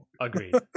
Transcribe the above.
Agreed